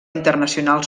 internacional